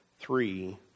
three